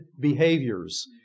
behaviors